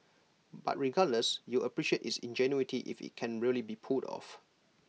but regardless you'd appreciate its ingenuity if IT can really be pulled off